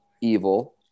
evil